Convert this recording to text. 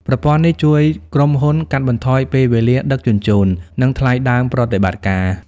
ប្រព័ន្ធនេះជួយក្រុមហ៊ុនកាត់បន្ថយពេលវេលាដឹកជញ្ជូន និងថ្លៃដើមប្រតិបត្តិការ។